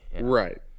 Right